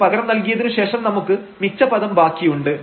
ഇത് പകരം നൽകിയതിനു ശേഷം നമുക്ക് മിച്ച പദം ബാക്കിയുണ്ട്